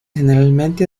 generalmente